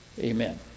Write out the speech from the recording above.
Amen